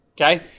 Okay